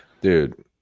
Dude